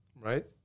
right